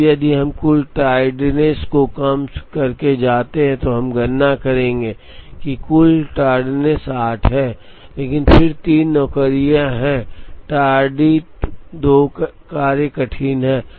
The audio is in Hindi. अब यदि हम कुल टार्डनेस को कम करके जाते हैं तो हम गणना करेंगे कि कुल टार्डनेस 8 है लेकिन फिर 3 नौकरियां हैं tardy 2 कार्य कठिन हैं